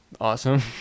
Awesome